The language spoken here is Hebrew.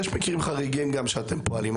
יש מקרים חריגים גם שאתם פועלים,